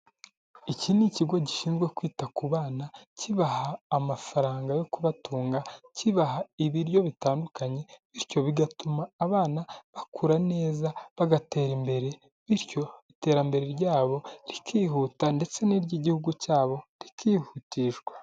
Iki ni ikigo gishinzwe kwita ku bana, kibaha amafaranga yo kubatunga, kibaha ibiryo bitandukanye, bityo bigatuma abana bakura neza bagatera imbere, bityo iterambere ryabo rikihuta ndetse n'iry'igihugu cyabo rikihutishwa.